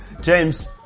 James